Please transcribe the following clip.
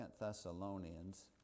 Thessalonians